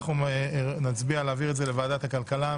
אנחנו נצביע להעביר את זה לוועדת הכלכלה.